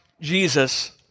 Jesus